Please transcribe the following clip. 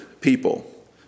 people